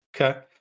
Okay